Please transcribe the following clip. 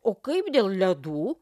o kaip dėl ledų